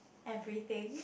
everything